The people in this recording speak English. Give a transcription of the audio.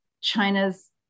China's